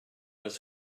his